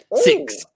Six